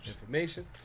Information